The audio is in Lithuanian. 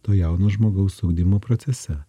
to jauno žmogaus ugdymo procese